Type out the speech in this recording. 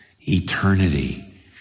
eternity